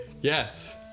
Yes